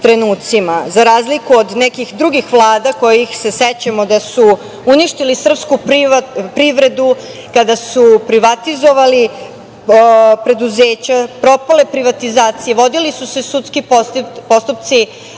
trenucima, za razliku od nekih drugih vlada kojih se sećamo da su uništili srpsku privredu kada su privatizovali preduzeća, propale privatizacije, vodili su se sudski postupci,